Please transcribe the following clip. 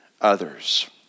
others